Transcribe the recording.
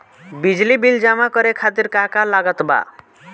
बिजली बिल जमा करे खातिर का का लागत बा?